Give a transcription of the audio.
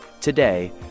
today